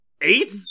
Eight